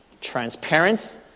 transparent